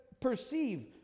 perceive